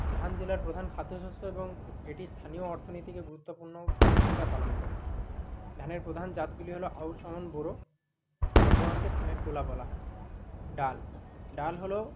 ধান জেলার প্রধান খাদ্য শস্য এবং এটি স্থানীয় অর্থনীতিকে গুরুত্বপূর্ণ ভূমিকা পালন করে ধানের প্রধান জাতগুলি হলো আউস আমন বোরো বর্ধমানকে ধানের গোলা বলা হয় ডাল ডাল হলো